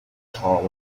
tall